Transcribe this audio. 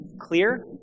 clear